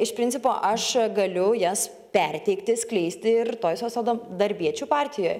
iš principo aš galiu jas perteikti skleisti ir toj socialda darbiečių partijoj